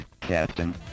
Captain